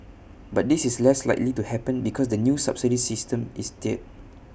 but this is less likely to happen because the new subsidy system is there